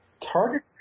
Target